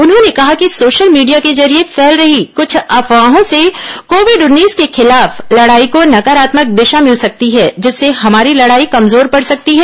उन्होंने कहा कि सोशल मीडिया के जरिये फैल रही कृष्ठ अफवाहों से कोविड उन्नीस के खिलाफ लड़ाई को नकारात्मक दिशा मिल सकती है जिससे हमारी लड़ाई कमजोर पड़ सकती है